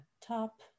top